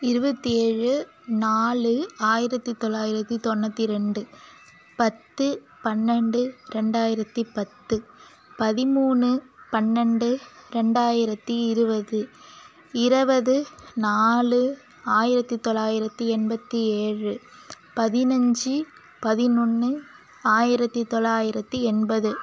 இருபத்தி ஏழு நாலு ஆயிரத்து தொள்ளாயிரத்து தொண்ணூற்றி ரெண்டு பத்து பன்னெண்டு ரெண்டாயிரத்து பத்து பதிமூணு பன்னெண்டு ரெண்டாயிரத்து இருபது இருவது நாலு ஆயிரத்து தொள்ளாயிரத்து எண்பத்தி ஏழு பதினஞ்சு பதினொன்று ஆயிரத்து தொள்ளாயிரத்து எண்பது